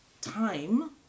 time